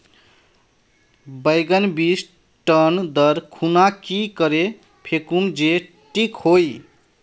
बैगन बीज टन दर खुना की करे फेकुम जे टिक हाई?